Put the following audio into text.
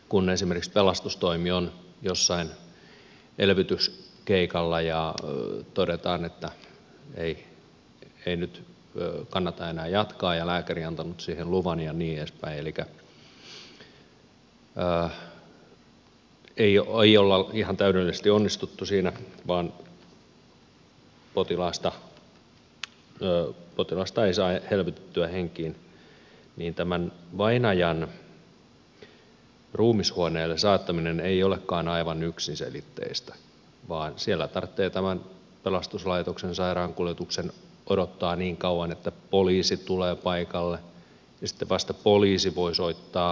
kun esimerkiksi pelastustoimi on jossain elvytyskeikalla ja todetaan että ei nyt kannata enää jatkaa ja lääkäri antanut siihen luvan ja niin edespäin elikkä ei olla ihan täydellisesti onnistuttu siinä potilasta ei saada elvytettyä henkiin niin tämän vainajan ruumishuoneelle saattaminen ei olekaan aivan yksiselitteistä vaan siellä tarvitsee tämän pelastuslaitoksen sairaankuljetuksen odottaa niin kauan että poliisi tulee paikalle ja sitten vasta poliisi voi soittaa ruumisauton hakemaan